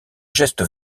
geste